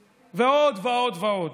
ועוד, ועוד, ועוד.